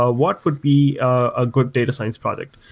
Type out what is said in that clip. ah what would be a good data science product?